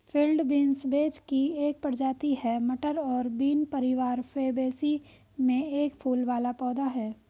field beans vetch की एक प्रजाति है, मटर और बीन परिवार फैबेसी में एक फूल वाला पौधा है